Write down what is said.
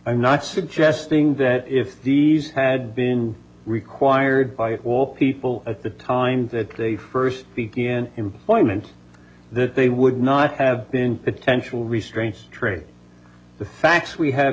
i'm not suggesting that if these had been required by all people at the time that they first be in employment then they would not have been potential restraints trained the facts we ha